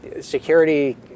Security